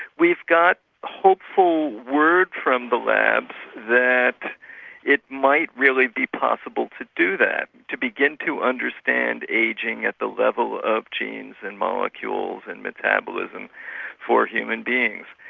we've got hopeful word from the labs that it might really be possible to do that, to begin to understand ageing at the level of genes and molecules and metabolism for human beings.